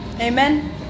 Amen